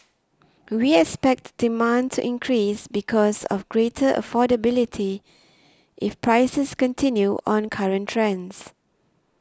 we expect demand to increase because of greater affordability if prices continue on current trends